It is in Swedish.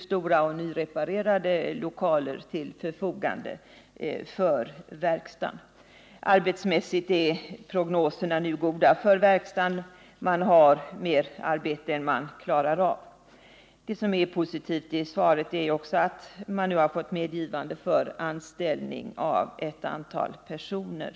Stora och nyreparerade lokaler står till förfogande för verkstaden. Arbetsmässigt är prognoserna nu goda för verkstaden — man har mer arbete än man klarar av. Positivt i svaret är också att man nu har fått medgivande för anställning av ett antal personer.